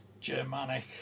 Germanic